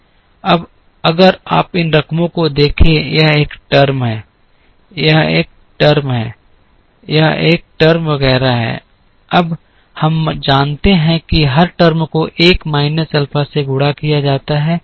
अब अगर आप इन रकमों को देखें यह एक टर्म है यह एक टर्म है यह एक टर्म वगैरह है अब हम जानते हैं कि हर टर्म को 1 माइनस अल्फा से गुणा किया जाता है